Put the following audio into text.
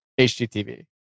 HGTV